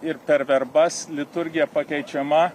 ir per verbas liturgija pakeičiama